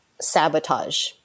sabotage